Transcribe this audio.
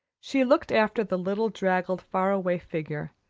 she looked after the little, draggled, far-away figure,